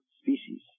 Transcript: species